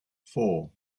four